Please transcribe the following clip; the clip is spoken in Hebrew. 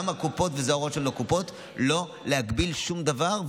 גם ההוראות לקופות הן לא להגביל שום דבר,